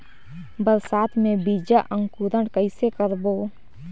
बरसात मे बीजा अंकुरण कइसे करबो?